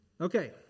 Okay